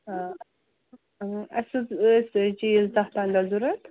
اَسہِ حظ ٲسۍ چیٖز داہ پَنٛداہ ضوٚرَتھ